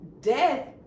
death